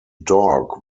dog